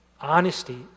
honesty